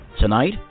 Tonight